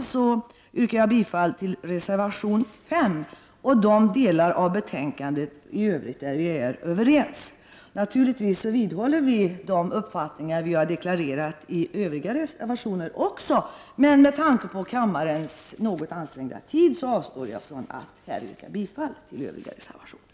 Jag yrkar därmed bifall till reservation 5 och hemställan i de delar av betänkandet i övrigt där vi är överens. Naturligtvis vidhåller vi de uppfattningar vi har deklarerat även i övriga reservationer, men med tanke på kammarens ansträngda tidsutrymme avstår jag från att yrka bifall till övriga reservationer.